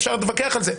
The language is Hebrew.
אפשר להתווכח על זה.